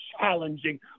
challenging